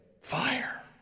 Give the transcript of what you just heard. fire